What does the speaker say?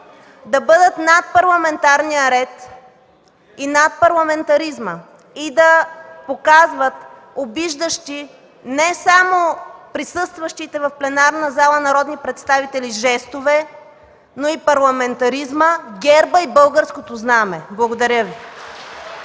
да бъдат над парламентарния ред, над парламентаризма и да показват обиждащи, не само присъстващите в пленарната зала народни представители, жестове, но и парламентаризма, герба и българското знаме. Благодаря Ви.